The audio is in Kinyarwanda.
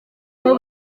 aho